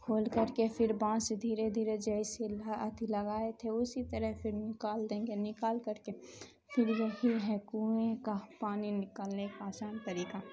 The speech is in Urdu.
کھول کر کے پھر بانس دھیرے دھیرے جیسے ہی لگائے تھے اسی طرح پھر نکال دیں گے نکال کر کے پھر یہی ہے کنویں کا پانی نکالنے کا آسان طریقہ